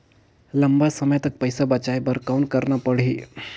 लंबा समय तक पइसा बचाये बर कौन करना पड़ही?